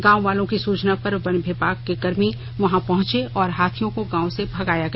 गांव वालों की सूचना पर वन विभाग के कर्मी वहां पहचे और हाथियों को गांव से भगाया गया